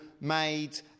made